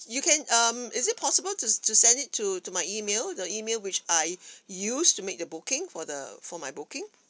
you can um is it possible to to send it to to my email the email which I used to make the booking for the for my booking